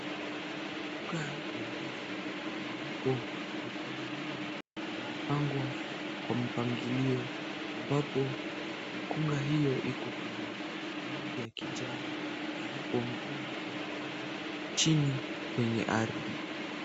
Mikunga ya ndizi ambapo mikunga hiyo imepangwa kwa mpangilio ambapo mikunga hiyo iko kwenye rangi ya kijani ambapo mikunga imepangwa chini kwenye ardhi.